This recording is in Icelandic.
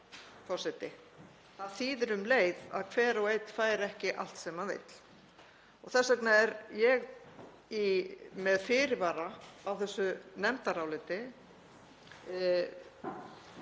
það þýðir um leið að hver og einn fær ekki allt sem hann vill og þess vegna er ég með fyrirvara á þessu nefndaráliti,